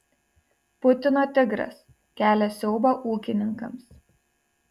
putino tigras kelia siaubą ūkininkams